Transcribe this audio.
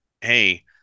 hey